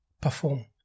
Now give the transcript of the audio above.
perform